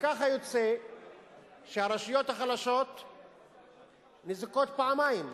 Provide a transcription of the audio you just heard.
וכך יוצא שהרשויות החלשות ניזוקות פעמיים: